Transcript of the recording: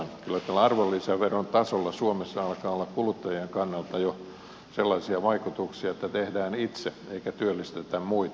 kyllä tällä arvonlisäveron tasolla suomessa alkaa olla kuluttajien kannalta jo sellaisia vaikutuksia että tehdään itse eikä työllistetä muita